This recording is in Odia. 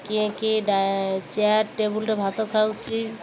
କିଏ କିଏ ଚେୟାର୍ ଟେବୁଲ୍ରେ ଭାତ ଖାଉଛି